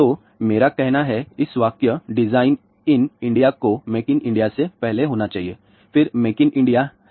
तो मेरा कहना है इस वाक्य डिज़ाइन इन इंडिया को मेक इन इंडिया से पहले होना चाहिए फिर मेक इन इंडिया है